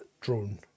drone